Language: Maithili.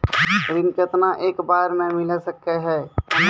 ऋण केतना एक बार मैं मिल सके हेय?